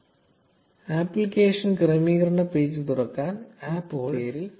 0316 application ക്രമീകരണ page തുറക്കാൻ APP പേരിൽ ക്ലിക്ക് ചെയ്യുക